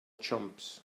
chumps